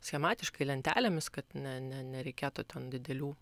schematiškai lentelėmis kad ne ne nereikėtų ten didelių